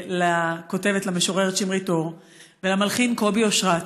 ולהודות לכותבת ולמשוררת שמרית אור ולמלחין קובי אושרת,